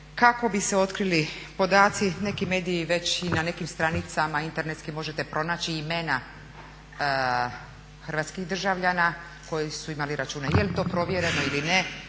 kako bi se otkrili podaci neki mediji već i na nekim stranicama internetskim možete pronaći imena hrvatskih državljana koji su imali račune. Je li to provjereno ili ne,